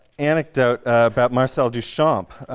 anecdote about marcel duchamp,